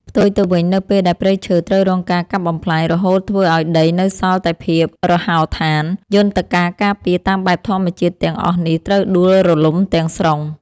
ផ្ទុយទៅវិញ នៅពេលដែលព្រៃឈើត្រូវរងការកាប់បំផ្លាញ រហូតធ្វើឱ្យដីនៅសល់តែភាពរហោឋាន យន្តការការពារតាមបែបធម្មជាតិទាំងអស់នេះត្រូវដួលរលំទាំងស្រុង។